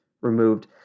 removed